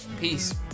Peace